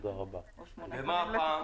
ומה הפעם?